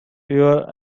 your